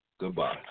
Goodbye